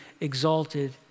exalted